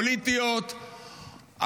פוליטיות,